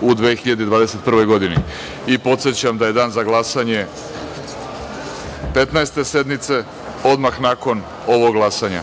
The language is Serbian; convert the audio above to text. u 2021. godini. Podsećam da je dan za glasanje Petnaeste sednice odmah nakon ovog glasanja.